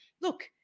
look